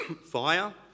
fire